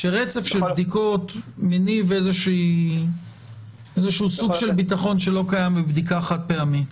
רצף של בדיקות מניב איזשהו סוג של ביטחון שלא קיים בבדיקה חד-פעמית.